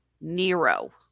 nero